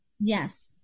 Yes